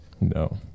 no